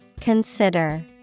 Consider